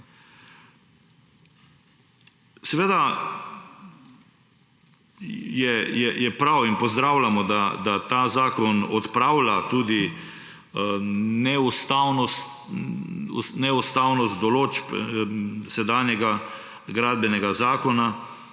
Seveda je prav in pozdravljamo, da ta zakon odpravlja tudi neustavnost določb sedanjega gradbenega zakona,